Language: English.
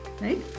right